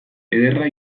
ederra